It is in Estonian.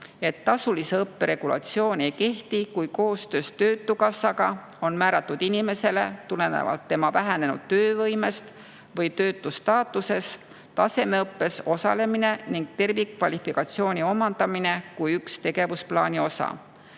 et tasulise õppe regulatsioon ei kehti, kui koostöös töötukassaga on määratud inimesele tulenevalt tema vähenenud töövõimest või töötu staatusest tasemeõppes osalemine ning tervikkvalifikatsiooni omandamine kui üks tegevusplaani osa.